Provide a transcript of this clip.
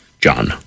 John